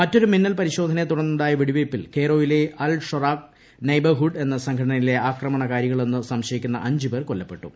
മറ്റൊരു മിന്നൽ പരിശോധനയെത്തുടർന്നുണ്ടായ വെടിവെയ്പിൽ കെയ്റോയിലെ അൽ ഷൊറൌക് നെയ്ബർഹുഡ് എന്ന സംഘടനയിലെ ആക്രമണകാരികളെന്ന് സംശയിക്കുന്ന അഞ്ചുപേർ കൊല്ലപ്പെട്ടു